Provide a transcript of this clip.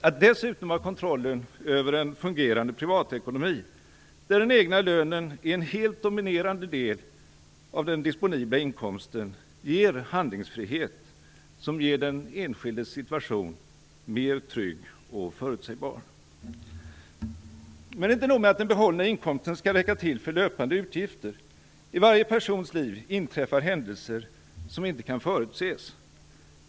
Att dessutom ha kontrollen över en fungerande privatekonomi, där den egna lönen är en helt dominerande del av den disponibla inkomsten, ger en handlingsfrihet som gör den enskildes situation mer trygg och förutsägbar. Men det är inte nog med att den behållna inkomsten skall räcka till för löpande utgifter. I varje persons liv inträffar händelser som inte kan förutses.